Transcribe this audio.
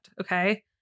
okay